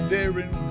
Darren